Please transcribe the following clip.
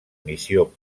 missió